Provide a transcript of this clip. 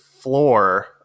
floor